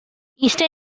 easter